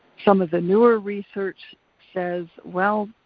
some of the newer research says, well,